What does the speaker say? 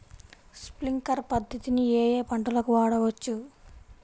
Sprinkler పద్ధతిని ఏ ఏ పంటలకు వాడవచ్చు?